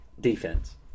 defense